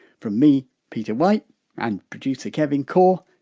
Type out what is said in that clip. from me, peter white and producer, kevin core,